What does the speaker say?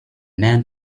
man